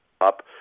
up